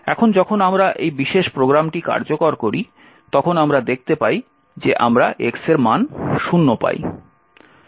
এখন যখন আমরা এই বিশেষ প্রোগ্রামটি কার্যকর করি তখন আমরা দেখতে পাই যে আমরা x এর মান শূন্য পাই